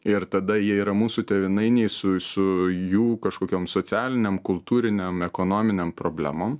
ir tada jie yra mūsų tėvynainiai su su jų kažkokiom socialinėm kultūrinėm ekonominėm problemom